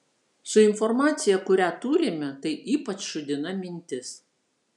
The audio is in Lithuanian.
su informacija kurią turime tai ypač šūdina mintis